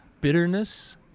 bitterness